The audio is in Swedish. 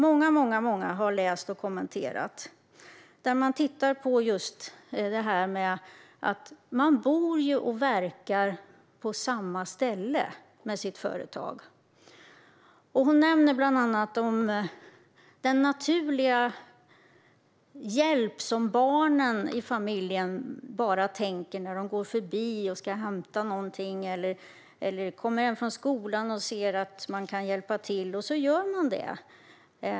Många har läst och kommenterat detta inlägg. Det handlar just om detta att man bor och verkar i sitt företag på samma ställe. Företagaren nämner bland annat den naturliga hjälp som barnen i familjen utför när de går förbi och ska hämta någonting eller när de kommer hem från skolan och ser att de kan hjälpa till med något.